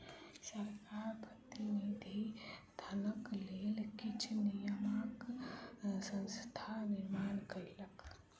सरकार प्रतिनिधि धनक लेल किछ नियामक संस्थाक निर्माण कयलक